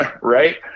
right